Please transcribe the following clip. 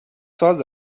ساز